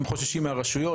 הם חוששים מהרשויות,